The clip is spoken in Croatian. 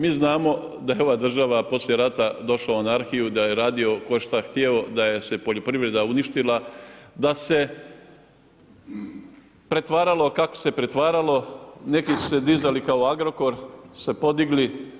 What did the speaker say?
Mi znamo da je ova država poslije rata došla u anarhiju, da je radio ko šta htio, da se je poljoprivreda uništila, da se pretvaralo kako se je pretvaralo, neki su se dizali kao Agrokor, su se podigli.